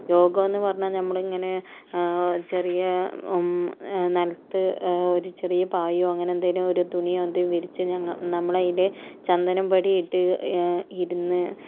യോഗാന്ന് പറഞ്ഞാൽ നമ്മളിങ്ങനെ ചെറിയ നിലത്ത് ഒരു ചെറിയ പായോ അങ്ങനെ എന്തേലും ഒരു തുണിയോ എന്തേലും വിരിച്ച് നമ്മ നമ്മള് അതിൻ്റെ ചന്ദനപടീട്ട് ഇരുന്ന്